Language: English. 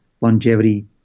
longevity